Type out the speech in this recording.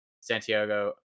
Santiago